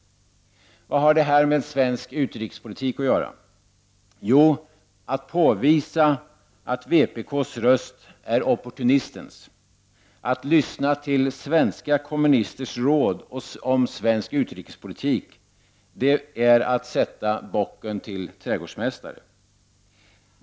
Vad har det med svensk utrikespolitik att göra? Jo, att påvisa att vpk:s röst är opportunistens. Att lyssna till svenska kommunisters råd om svensk utrikespolitik är att sätta bocken till trädgårdsmästare.